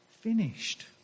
finished